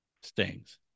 Stings